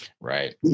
right